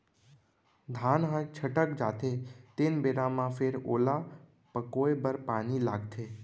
धान ह छटक जाथे तेन बेरा म फेर ओला पकोए बर पानी लागथे